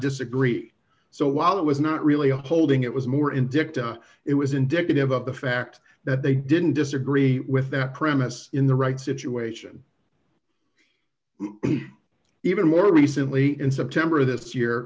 disagree so while it was not really a holding it was more in dicta it was indicative of the fact that they didn't disagree with that premise in the right situation even more recently in september of this year